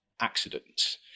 accidents